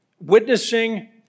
witnessing